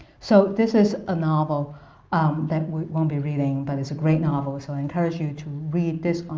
so this is a novel that we won't be reading, but it's a great novel, so i encourage you to read this on